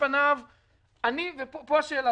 פה השאלה,